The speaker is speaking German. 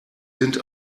sind